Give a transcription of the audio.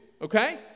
Okay